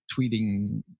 tweeting